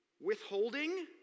withholding